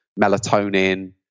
melatonin